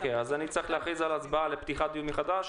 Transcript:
אני צריך להכריז על הצבעה לפתיחת דיון מחדש.